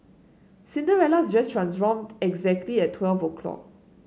Cinderella's dress transformed exactly at twelve o'clock